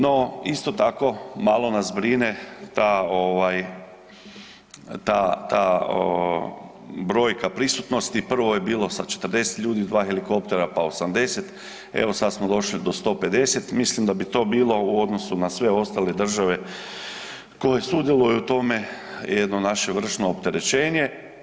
No, isto tako, malo nas brine ta, ovaj, ta, ta, brojka prisutnosti, prvo je bilo sa 40 ljudi, 2 helikoptera, pa 80, evo sad smo došli do 150, mislim da bi to bilo u odnosu na sve ostale države koje sudjeluju u tome jedno naše vršno opterećenje.